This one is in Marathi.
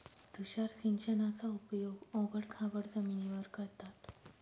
तुषार सिंचनाचा उपयोग ओबड खाबड जमिनीवर करतात